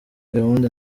gahunda